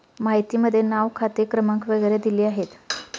माहितीमध्ये नाव खाते क्रमांक वगैरे दिले आहेत